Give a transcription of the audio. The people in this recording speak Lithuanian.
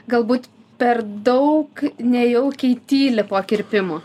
galbūt per daug nejaukiai tyli po kirpimo